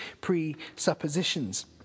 presuppositions